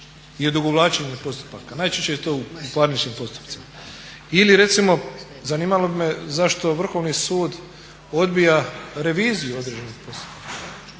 i odugovlačenje postupaka. Najčešće je to u parničnim postupcima. Ili recimo zanimalo bi me zašto Vrhovni sud odbija revizija određenog postotka?